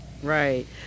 Right